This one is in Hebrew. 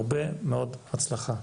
הרבה מאוד הצלחה.